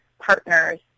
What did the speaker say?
partners